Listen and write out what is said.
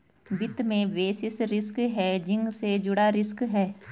वित्त में basis risk hedging से जुड़ा रिस्क है